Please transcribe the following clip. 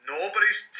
Nobody's